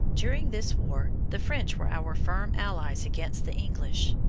during this war, the french were our firm allies against the english.